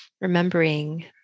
remembering